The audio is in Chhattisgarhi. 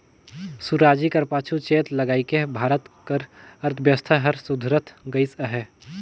सुराजी कर पाछू चेत लगाएके भारत कर अर्थबेवस्था हर सुधरत गइस अहे